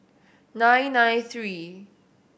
nine nine three